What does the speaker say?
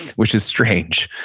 which is strange.